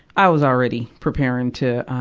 i was already preparing to, ah,